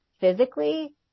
Physically